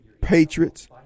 patriots